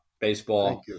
baseball